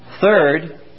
Third